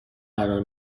قرار